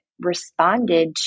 responded